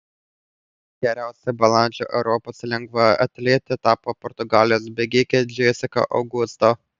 geriausia balandžio europos lengvaatlete tapo portugalijos bėgikė džesika augusto